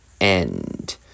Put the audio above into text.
end